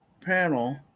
panel